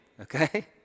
okay